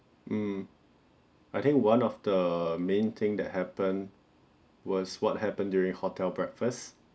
mm I think one of the main thing that happened was what happen during hotel breakfast